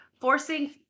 forcing